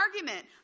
argument